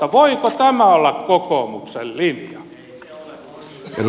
voiko tämä olla kokoomuksen linja